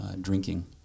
drinking